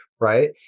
right